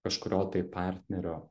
kažkurio tai partnerio